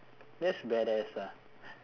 that's badass ah